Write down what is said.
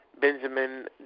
Benjamin